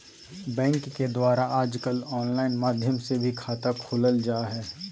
bank के द्वारा आजकल आनलाइन माध्यम से भी खाता खोलल जा हइ